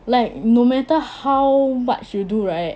like no matter how much you do right